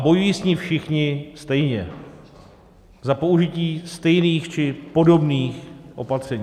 Bojují s ní všichni stejně, za použití stejných či podobných opatření.